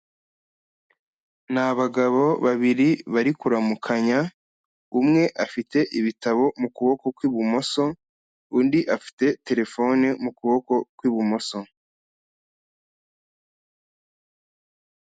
Ni abagabo babiri bari kuramukanya, umwe afite ibitabo mu kuboko kw'ibumoso, undi afite terefone mu kuboko kw'ibumoso.